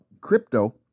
crypto